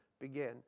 Begin